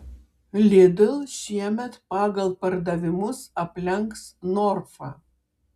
lidl šiemet pagal pardavimus aplenks norfą